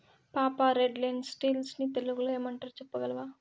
పాపా, red lentils ని తెలుగులో ఏమంటారు చెప్పగలవా